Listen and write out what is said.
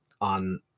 on